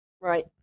Right